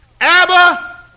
Abba